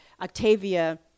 Octavia